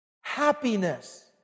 happiness